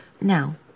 Now